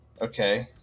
okay